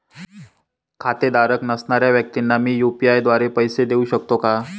खातेधारक नसणाऱ्या व्यक्तींना मी यू.पी.आय द्वारे पैसे देऊ शकतो का?